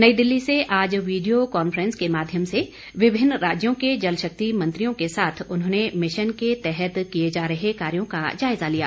नई दिल्ली से आज वीडियो कांफ्रेंस के माध्यम से विभिन्न राज्यों के जल शक्ति मंत्रियों के साथ उन्होंने मिशन के तहत किए जा रहे कार्यों का जायजा लिया